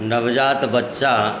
नवजात बच्चा